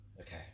okay